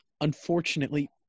unfortunately